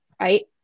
right